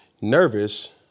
nervous